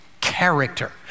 character